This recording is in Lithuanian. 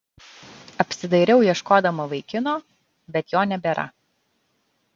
apsidairau ieškodama vaikino bet jo nebėra